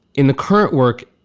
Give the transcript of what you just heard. in the current work.